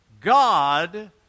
God